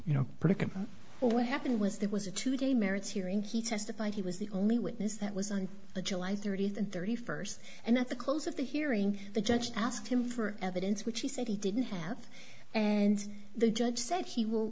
you know predicament or what happened was that was a two day merits hearing he testified he was the only witness that was on the july thirtieth thirty first and at the close of the hearing the judge asked him for evidence which he said he didn't have and the judge said he will